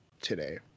today